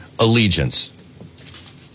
allegiance